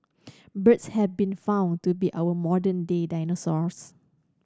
birds have been found to be our modern day dinosaurs